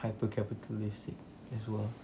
hyper capitalistic as well